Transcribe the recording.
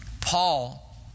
Paul